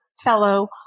fellow